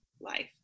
life